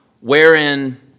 wherein